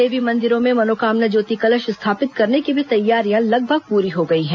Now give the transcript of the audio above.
देवी मंदिरों में मनोकामना ज्योति कलश स्थापित करने की भी तैयारियां लगभग पूरी हो गई हैं